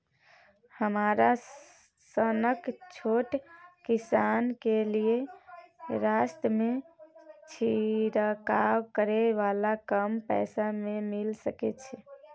हमरा सनक छोट किसान के लिए सस्ता में छिरकाव करै वाला कम पैसा में मिल सकै छै?